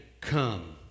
come